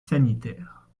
sanitaire